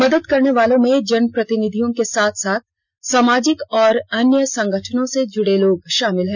मदद करने वालों में जनप्रतिनिधि के साथ साथ सामाजिक और अन्य संगठनों से जुड़े लोग शामिल हैं